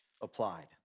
applied